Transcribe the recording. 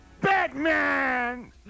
Batman